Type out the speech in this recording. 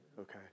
okay